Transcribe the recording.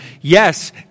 Yes